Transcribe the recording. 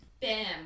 Bam